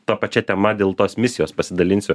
ta pačia tema dėl tos misijos pasidalinsiu